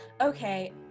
Okay